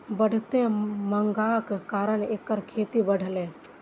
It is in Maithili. बढ़ैत मांगक कारण एकर खेती बढ़लैए